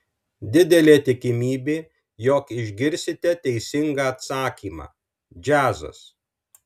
didelė tikimybė jog išgirsite teisingą atsakymą džiazas